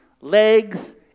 legs